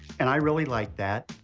and i really like that.